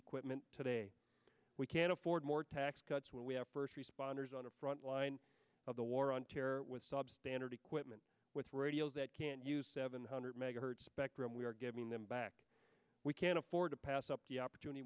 equipment today we can't afford more tax cuts when we have first responders on a frontline of the war on terror with substandard equipment with radios that can't use seven hundred megahertz spectrum we are giving them back we can't afford to pass up the opportunity